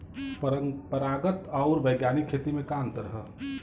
परंपरागत आऊर वैज्ञानिक खेती में का अंतर ह?